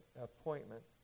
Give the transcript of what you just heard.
appointment